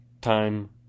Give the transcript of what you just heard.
time